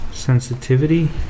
sensitivity